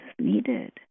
needed